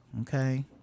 Okay